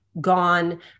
gone